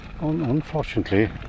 Unfortunately